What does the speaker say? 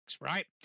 right